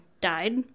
died